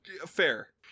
fair